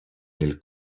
nel